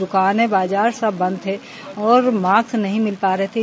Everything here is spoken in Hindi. दुकानें बाजार सब बंद थे और मास्क नहीं मिल पा रहे थे